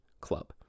club